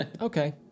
okay